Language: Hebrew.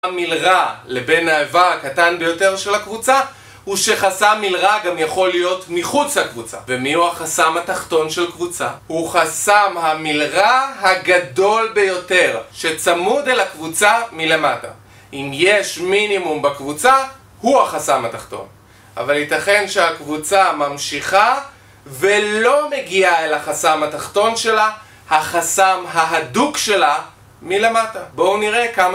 המלרע לבין ההיבה הקטן ביותר של הקבוצה הוא שחסם מלרע גם יכול להיות מחוץ לקבוצה ומי הוא החסם התחתון של קבוצה? הוא חסם המלרע הגדול ביותר שצמוד אל הקבוצה מלמטה אם יש מינימום בקבוצה הוא החסם התחתון אבל ייתכן שהקבוצה ממשיכה ולא מגיעה אל החסם התחתון שלה החסם ההדוק שלה מלמטה בואו נראה כמה